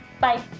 Bye